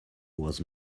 was